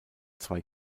zwei